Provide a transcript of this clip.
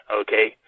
okay